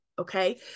Okay